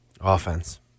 Offense